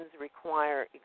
require